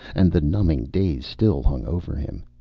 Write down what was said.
and the numbing daze still hung over him.